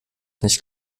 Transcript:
nicht